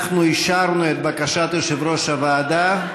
אישרנו את בקשת יושב-ראש הוועדה.